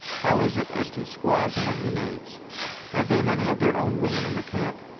how is it as to squaws among the knaves have they many of their own women in the camp?